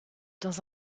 dans